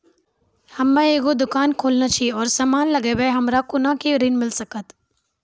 हम्मे एगो दुकान खोलने छी और समान लगैबै हमरा कोना के ऋण मिल सकत?